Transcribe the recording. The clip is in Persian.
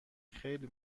خیلی